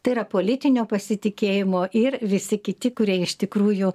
tai yra politinio pasitikėjimo ir visi kiti kurie iš tikrųjų